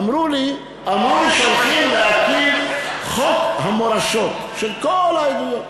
אמרו לי שהולכים להקים חוק המורשות, של כל העדות.